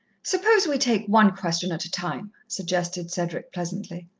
suppose we take one question at a time, suggested cedric pleasantly.